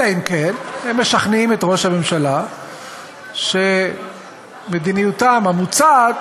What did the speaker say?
אלא אם כן הם משכנעים את ראש הממשלה שמדיניותם המוצעת